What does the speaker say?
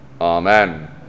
Amen